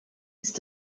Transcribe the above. ist